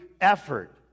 effort